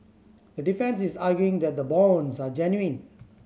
the defence is arguing that the bonds are genuine